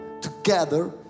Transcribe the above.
together